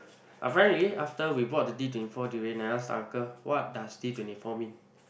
apparently after we bought the D twenty four durian and I ask uncle what does D twenty four mean